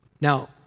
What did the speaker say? Now